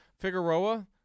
Figueroa